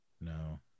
no